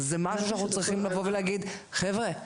זה משהו שאנחנו צריכים לבוא ולהגיד: חבר'ה,